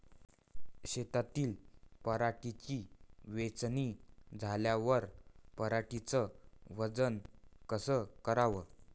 शेतातील पराटीची वेचनी झाल्यावर पराटीचं वजन कस कराव?